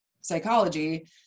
psychology